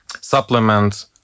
supplement